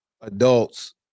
adults